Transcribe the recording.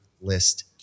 list